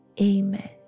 Amen